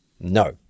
No